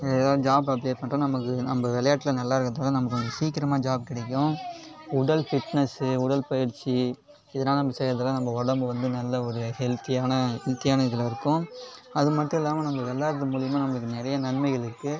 ஏதாவது job apply பண்ணுறோனா நமக்கு நம்ம விளையாட்டில் நல்லா விளையாடுறதுனால நமக்கு சீக்கிரமாக ஜாப் கிடைக்கும் உடல் பிட்னஸ்சு உடல் பயிற்சி இதெல்லாம் நம்ம செய்கிறதுனால நம்ம உடம்பு வந்து நல்ல ஒரு ஹெல்த்தியான ஹெல்த்தியான இதில் இருக்கும் அது மட்டும் இல்லாமல் நம்ம விளையாடுகிறது மூலிமா நம்மளுக்கு நிறைய நன்மைகள் இருக்குது